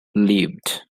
lived